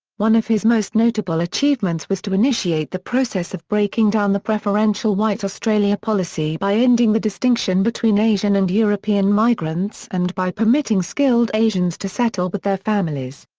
one of his most notable achievements was to initiate the process of breaking down the preferential white australia policy by ending the distinction between asian and european migrants and by permitting skilled asians to settle with their families.